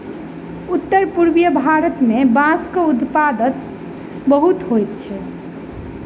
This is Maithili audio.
उत्तर पूर्वीय भारत मे बांसक उत्पादन बहुत होइत अछि